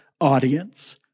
audience